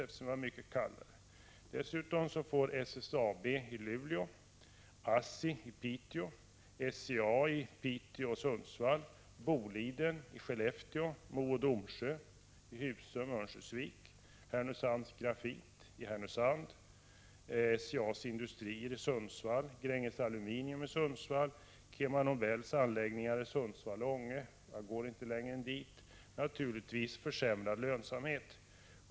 Det är ju mycket kallare hos oss. Dessutom får SSAB i Luleå, ASSI i Piteå, SCA i Piteå och Sundsvall, Boliden i Skellefteå, Mo o. Domsjö i Husum och Örnsköldsvik, Härnösands Grafit i Härnösand, SCA: s industrier i Sundsvall, Gränges Aluminium i Sundsvall samt KemaNobels anläggningar i Sundsvall och Ånge — jag går inte längre än dit — naturligtvis försämrad lönsamhet.